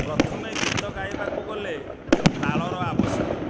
ପ୍ରଥମେ ଗୀତ ଗାଇବାକୁ ଗଲେ ତାଳର ଆବଶ୍ୟକ